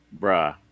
Bruh